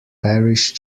parish